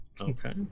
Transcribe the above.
Okay